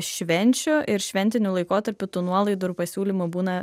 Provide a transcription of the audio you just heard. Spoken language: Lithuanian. švenčių ir šventiniu laikotarpiu tų nuolaidų ir pasiūlymų būna